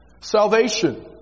Salvation